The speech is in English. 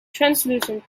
translucent